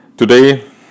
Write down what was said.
Today